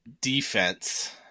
defense